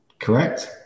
Correct